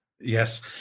Yes